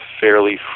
fairly